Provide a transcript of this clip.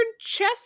chess